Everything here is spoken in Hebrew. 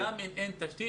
גם אם אין תשתית.